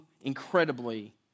incredibly